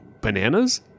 Bananas